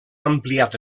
ampliat